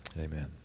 amen